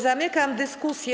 Zamykam dyskusję.